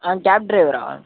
ஆ cab டிரைவரா